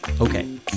Okay